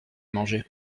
manger